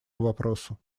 вопросу